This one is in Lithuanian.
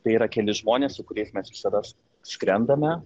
tai yra keli žmonės su kuriais mes visados skrendame